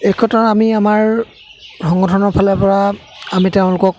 একত্ৰ আমি আমাৰ সংগঠনৰ ফালৰ পৰা আমি তেওঁলোকক